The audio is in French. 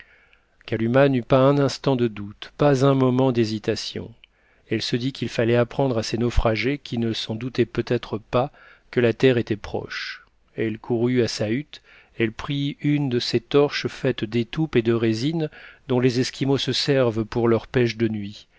kalumah n'eut pas un instant de doute pas un moment d'hésitation elle se dit qu'il fallait apprendre à ces naufragés qui ne s'en doutaient peut-être pas que la terre était proche elle courut à sa hutte elle prit une de ces torches faites d'étoupe et de résine dont les esquimaux se servent pour leurs pêches de nuit